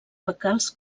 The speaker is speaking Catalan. pecats